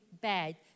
bad